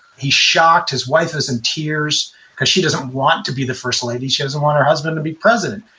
he's shocked his wife is in tears because she doesn't want to be the first lady. she doesn't want her husband to be president.